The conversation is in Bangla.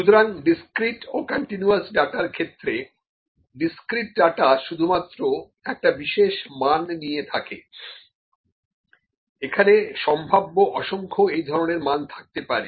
সুতরাং ডিসক্রিট ও কন্টিনিউয়াস ডাটার ক্ষেত্রে ডিসক্রিট ডাটা শুধুমাত্র একটা বিশেষ মান নিয়ে থাকে এখানে সম্ভাব্য অসংখ্য এই ধরনের মান থাকতে পারে